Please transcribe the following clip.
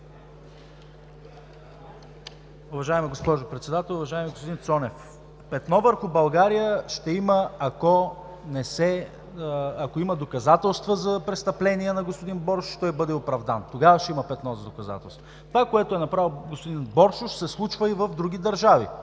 Това, което е направил господин Боршош, се случва и в други държави